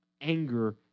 anger